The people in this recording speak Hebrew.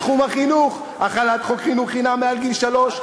בתחום החינוך: החלת חוק חינוך חינם מעל גיל שלוש,